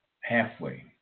halfway